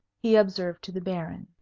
he observed to the baron,